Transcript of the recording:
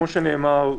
כמו שנאמר,